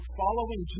following